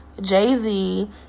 Jay-Z